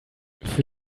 für